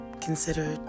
consider